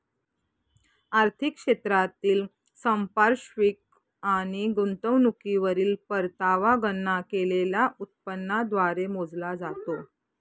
आर्थिक क्षेत्रातील संपार्श्विक आणि गुंतवणुकीवरील परतावा गणना केलेल्या उत्पन्नाद्वारे मोजला जातो